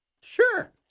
Sure